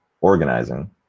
organizing